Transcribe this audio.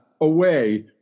away